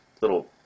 little